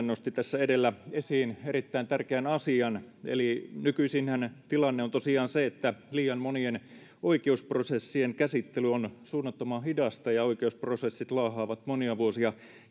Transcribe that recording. nosti tässä edellä esiin erittäin tärkeän asian eli nykyisinhän tilanne on tosiaan se että liian monien oikeusprosessien käsittely on suunnattoman hidasta ja oikeusprosessit laahaavat monia vuosia